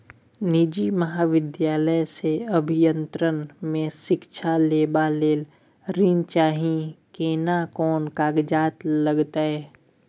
निजी महाविद्यालय से अभियंत्रण मे शिक्षा लेबा ले ऋण चाही केना कोन कागजात लागतै?